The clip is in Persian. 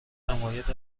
حمایت